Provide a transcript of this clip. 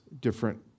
different